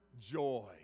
joy